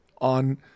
on